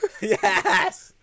Yes